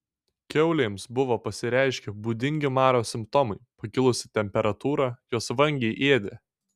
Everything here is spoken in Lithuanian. kiaulėms buvo pasireiškę būdingi maro simptomai pakilusi temperatūra jos vangiai ėdė